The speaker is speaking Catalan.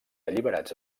alliberats